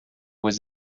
was